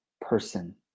person